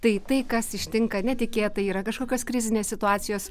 tai tai kas ištinka netikėtai yra kažkokios krizinės situacijos